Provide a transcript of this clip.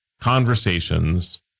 Conversations